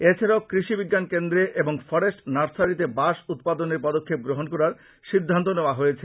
এছাড়া কৃষি বিজ্ঞান কেন্দ্র ও ফরেষ্ট নার্সারীতে বাঁশ উৎপাদনের পদক্ষেপ গ্রহন করার সিদ্ধান্ত নেওয়া হয়েছে